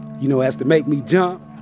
you know, as to make me jump.